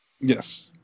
yes